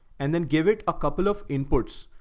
and then give it a couple of inputs.